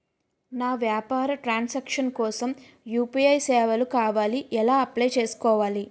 నా వ్యాపార ట్రన్ సాంక్షన్ కోసం యు.పి.ఐ సేవలు కావాలి ఎలా అప్లయ్ చేసుకోవాలి?